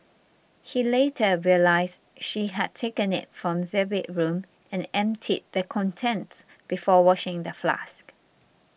he later realised she had taken it from their bedroom and emptied the contents before washing the flask